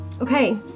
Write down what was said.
Okay